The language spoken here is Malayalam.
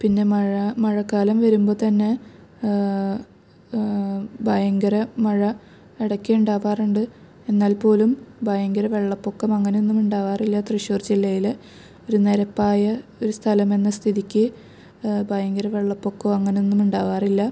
പിന്നെ മഴ മഴക്കാലം വരുമ്പോൾ തന്നെ ഭയങ്കര മഴ ഇടയ്ക്ക് ഉണ്ടാകാറുണ്ട് എന്നാല്പ്പോലും ഭയങ്കര വെള്ളപ്പൊക്കം അങ്ങനെയൊന്നും ഉണ്ടാകാറില്ല തൃശ്ശൂര് ജില്ലയില് ഒര് നിരപ്പായ ഒരു സ്ഥലം എന്ന സ്ഥിതിക്ക് ഭയങ്കര വെള്ളപ്പൊക്കമോ അങ്ങനെയൊന്നുമുണ്ടാവാറില്ല